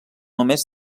només